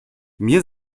mir